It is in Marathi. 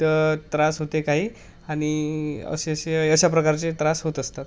त त्रास होते काही आणि अशेशे अशा प्रकारचे त्रास होत असतात